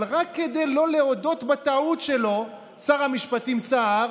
אבל רק כדי לא להודות בטעות שלו, שר המשפטים סער